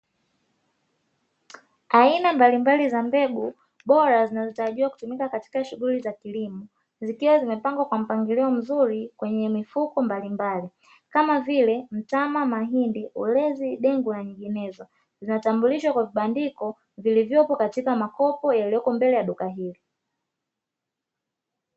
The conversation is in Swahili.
Aina mbalimbali za mbegu bora zinazotarajiwa kutumika katika shughuli za kilimo, zikiwa zimepangwa kwa mpangilio mzuri kwenye mifuko mbalimbali, kama vile: mtama, mahindi, ulezi, dengu na nyinginezo. Zinatambulishwa kwa vibandiko, vilivyopo katika makopo yaliyoko mbele ya duka hilo.